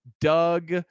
Doug